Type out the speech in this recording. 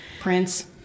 Prince